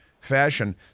fashion